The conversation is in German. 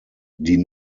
die